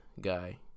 guy